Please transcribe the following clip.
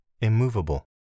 immovable